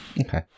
Okay